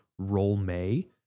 ROLLMAY